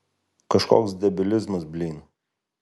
kažkoks debilizmas blyn